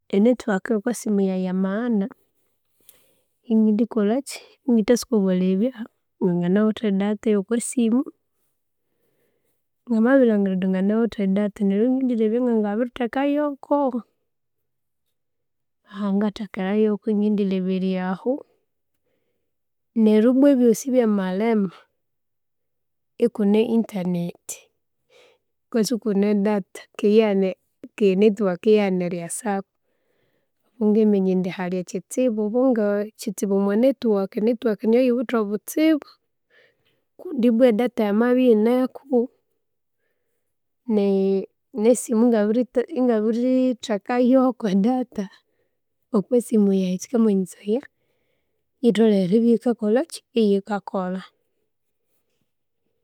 Enitwaaka eyo'kwasimu yaghe yama'ghana, iningindi kolachi? Ininginditasuka bwalebya nganganawithe edata yo'kwasimu. Ngamabirilangira indi nganawithe edata, neryu inengindilebya nganabiri theka yo'oko, ahangathekera yo'oko ngendileberya'ahu. Neryu ibwa ebyosi byamalhema, ikune intaneti, kwesi ikune edata kii iyaghana. Ki'enetiwaka iyaghana erya'asu kuu, ingiminya indi haali ekitsibu, oobo nga kitsibu o'mwanetiwaka, enitiwaka niyo yiwithe obutsibu, kundibwa edata yamabya iyineeku, nee- ne'esimu ingabirithe ingabiritheka yo'oko edata okwo'simu yaghe, kikamanyisaya yitholhereeribya iyikakolakii? Iyikakholha.